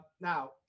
now